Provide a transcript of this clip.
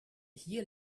hier